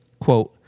Quote